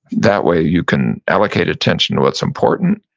that way you can allocate attention to what's important.